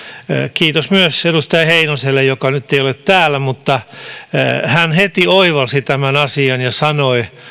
kiitos myös edustaja heinoselle joka nyt ei ole täällä joka heti oivalsi tämän asian ja sanoi